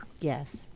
Yes